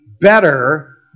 better